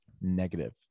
Negative